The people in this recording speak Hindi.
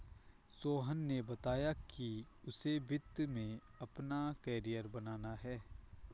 सोहन ने बताया कि उसे वित्त में अपना कैरियर बनाना है